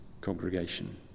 congregation